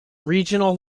regional